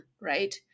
right